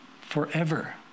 forever